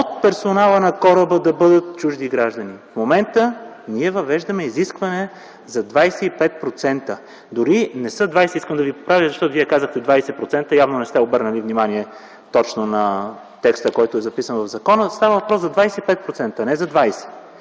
от персонала на кораба да бъдат чужди граждани. В момента ние въвеждаме изискване за 25%. Дори не са 20 – искам да Ви поправя, защото Вие казахте 20%. Явно не сте обърнали внимание точно на текста, който е записан в закона. Става въпрос за 25% - не за 20.